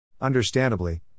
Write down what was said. Understandably